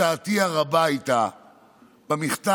הפתעתי הרבה הייתה מהמכתב,